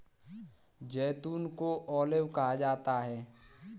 जैतून को ऑलिव कहा जाता है